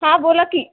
हां बोला की